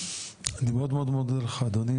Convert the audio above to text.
אני מאוד מאוד מודה לך אדוני.